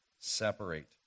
Separate